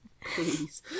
Please